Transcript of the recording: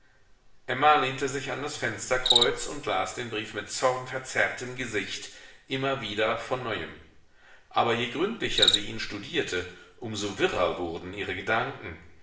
emma lehnte sich an das fensterkreuz und las den brief mit zornverzerrtem gesicht immer wieder von neuem aber je gründlicher sie ihn studierte um so wirrer wurden ihre gedanken